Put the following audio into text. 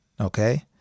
Okay